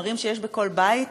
חומרים שיש בכל בית,